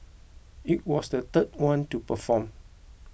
I was the third one to perform